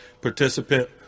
participant